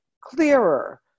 clearer